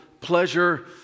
pleasure